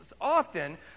often